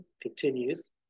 continues